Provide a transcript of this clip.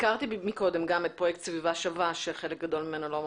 הזכרתי מקודם גם את פרויקט "סביבה שווה" שחלק גדול ממנו לא מומש.